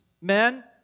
men